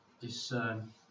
Discern